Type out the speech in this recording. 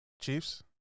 Chiefs